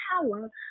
power